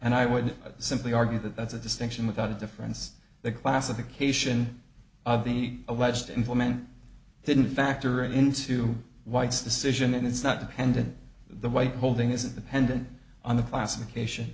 and i would simply argue that that's a distinction without a difference the classification of the alleged involvement didn't factor into white's decision it is not dependent the white holding isn't dependent on the fascination